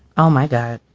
oh, my god.